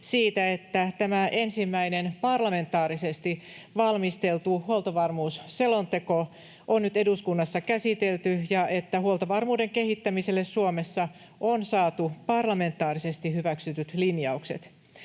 tämä ensimmäinen parlamentaarisesti valmisteltu huoltovarmuusselonteko on nyt eduskunnassa käsitelty ja että huoltovarmuuden kehittämiselle Suomessa on saatu parlamentaarisesti hyväksytyt linjaukset.